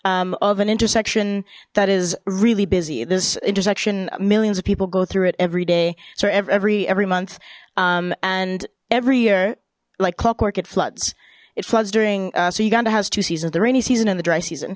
uganda of an intersection that is really busy this intersection millions of people go through it every day so every every month and every year like clockwork it floods it floods during so uganda has two seasons the rainy season and the dry season